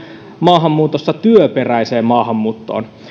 maahanmuutossa työperäiseen maahanmuuttoon